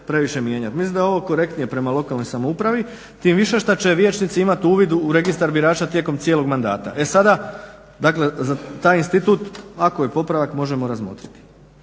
previše mijenjati. Mislim da je ovo korektnije prema lokalnoj samoupravi tim više što će vijećnici imati uvid u registar birača tijekom cijelog mandata. E sada, dakle za taj institut ako je popravak možemo razmotriti.